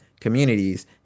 communities